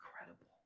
incredible